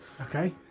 Okay